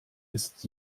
ist